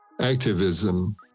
activism